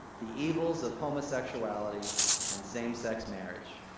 the evils of homosexuality and same sex marriage.